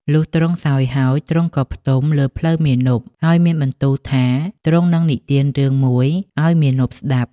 លុះទ្រង់សោយហើយ ទ្រង់ក៏ផ្ទំលើភ្លៅមាណព ហើយមានបន្ទូលថាទ្រង់នឹងនិទានរឿងមួយឱ្យមាណពស្តាប់។